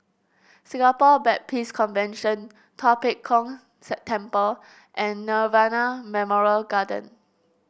Singapore Baptist Convention Tua Pek Kong September and Nirvana Memorial Garden